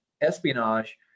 espionage